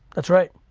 that's right.